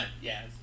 Yes